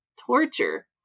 Torture